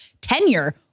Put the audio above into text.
tenure